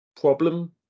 problem